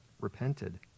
repented